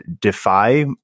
defy